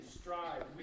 strive